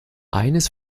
eines